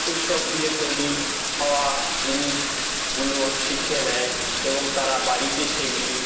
এসব দিয়ে তৈরি হওয়া জিনিস গুলো শিখে নেয় এবং তারা বাড়িতে সেগুলি